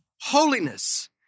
holiness